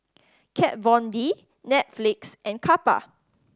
Kat Von D Netflix and Kappa